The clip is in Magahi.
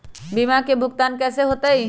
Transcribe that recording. बीमा के भुगतान कैसे होतइ?